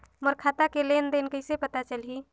मोर खाता के लेन देन कइसे पता चलही?